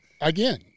again